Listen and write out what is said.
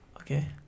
Okay